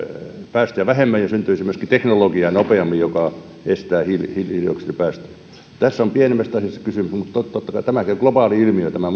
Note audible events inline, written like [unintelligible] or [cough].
päästöjä vähemmän ja syntyisi myöskin nopeammin teknologiaa joka estää hiilidioksipäästöjä tässä on pienemmästä asiasta kysymys mutta totta kai tämä [unintelligible]